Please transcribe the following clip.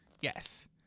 Yes